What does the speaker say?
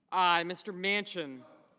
i. mr. mansion